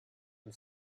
and